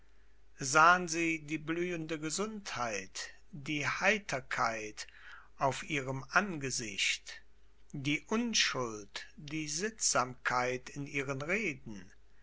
sahen sie die blühende gesundheit die heiterkeit auf ihrem angesicht die unschuld die sittsamkeit in ihren reden